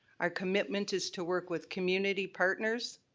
our commitment is to work with community partners,